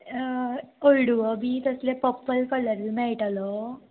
हळदुवो बी तसले पप्पल कलरूय मेयटलो